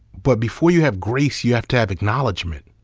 but before you have grace you have to have acknowledgement.